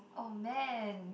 oh man